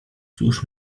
cóż